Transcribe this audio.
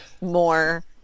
more